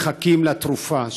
מחכים לתרופה,